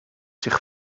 zich